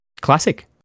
Classic